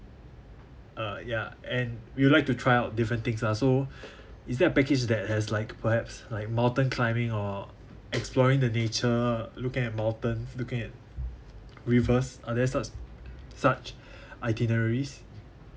uh ya and we would like to try out different things lah so is there a package that has like perhaps like mountain climbing or exploring the nature looking at mountain looking at rivers are there such such itineraries